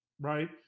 right